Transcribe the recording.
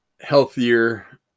healthier